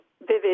vivid